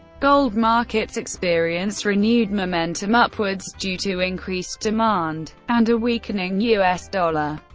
gold markets experienced renewed momentum upwards due to increased demand and a weakening us dollar.